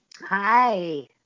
Hi